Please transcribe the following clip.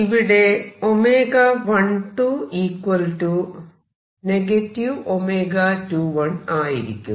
ഇവിടെ 12 21ആയിരിക്കും